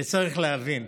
צריך להבין,